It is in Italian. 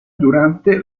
durante